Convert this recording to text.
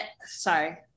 Sorry